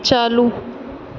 چالو